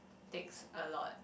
takes a lot